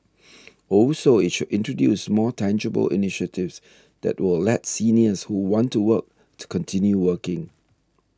also it should introduce more tangible initiatives that will let seniors who want to work to continue working